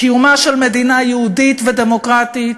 קיומה של מדינה יהודית ודמוקרטית,